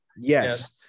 Yes